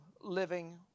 Living